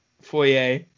foyer